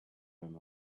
him